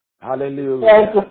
Hallelujah